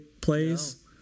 plays